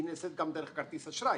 היא נעשית גם דרך כרטיס אשראי,